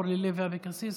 אורלי לוי אבקסיס,